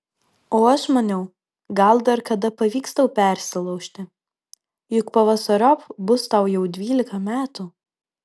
o aš maniau gal dar kada pavyks tau persilaužti juk pavasariop bus tau jau dvylika metų